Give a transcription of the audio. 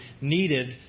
needed